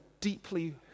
deeply